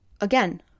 Again